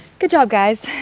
good job, guys.